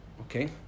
Okay